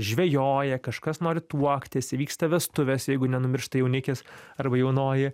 žvejoja kažkas nori tuoktis įvyksta vestuvės jeigu nenumiršta jaunikis arba jaunoji